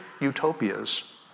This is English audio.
utopias